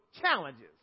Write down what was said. challenges